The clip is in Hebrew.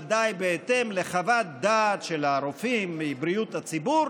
ודאי בהתאם לחוות דעת של הרופאים מבריאות הציבור,